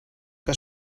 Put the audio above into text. que